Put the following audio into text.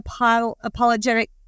apologetic